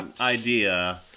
idea